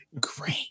Great